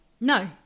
No